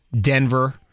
Denver